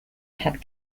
had